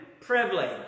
privilege